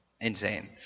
insane